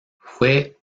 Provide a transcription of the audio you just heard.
fue